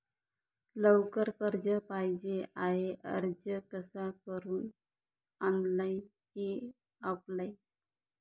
लवकर कर्ज पाहिजे आहे अर्ज कसा करु ऑनलाइन कि ऑफलाइन?